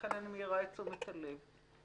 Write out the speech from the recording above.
לכן אני מעירה את תשומת הלב.